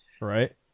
Right